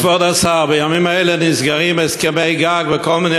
כבוד השר, בימים אלה נסגרים הסכמי גג בכל מיני